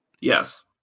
Yes